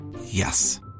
Yes